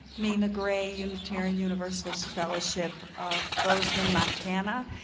nina gray, unitarian universalist fellowship of bose man, montana.